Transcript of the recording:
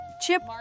Chip